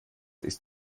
ist